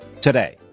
today